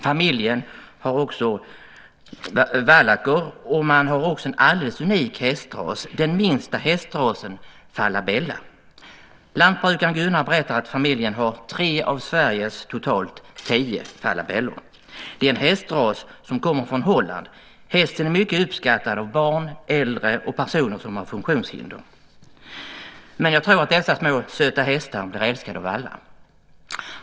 Familjen har också valacker, och man har dessutom en alldeles unik hästras, den minsta hästrasen falabella. Lantbrukaren Gunnar berättar att familjen har tre av Sveriges totalt tio falabellor. Det är en hästras som kommer från Holland. Hästen är mycket uppskattad av barn, äldre och personer som har funktionshinder, men jag tror att dessa små söta hästar blir älskade av alla.